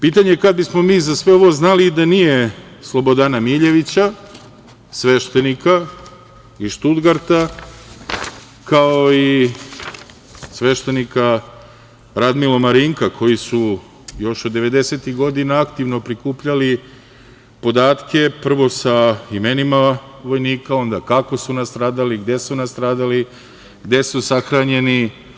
Pitanje je kad bismo mi za sve ovo znali da nije Slobodana Miljevića, sveštenika iz Štutgarta, kao i sveštenika Radmila Marinka, koji su još od devedesetih godina aktivno prikupljali podatke, prvo sa imenima vojnika, onda kako su nastradali, gde su nastradali, gde su sahranjeni.